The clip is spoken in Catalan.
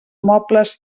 mobles